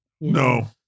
No